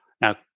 Now